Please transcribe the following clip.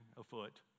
afoot